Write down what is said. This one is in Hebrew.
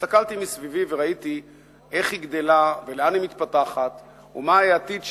כשהסתכלתי מסביבי וראיתי איך היא גדלה ולאן היא מתפתחת ומה העתיד שלה,